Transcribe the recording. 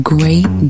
Great